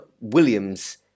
Williams